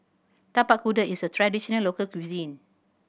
Tapak Kuda is a traditional local cuisine